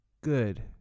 good